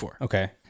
Okay